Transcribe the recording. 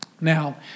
Now